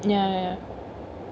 ya ya